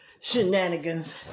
shenanigans